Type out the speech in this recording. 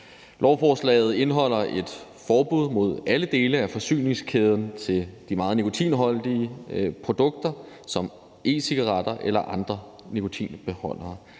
Lovforslaget indeholder et forbud mod alle dele af forsyningskæden til de meget nikotinholdige produkter som e-cigaretter eller andre nikotinbeholdere.